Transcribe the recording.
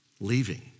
Leaving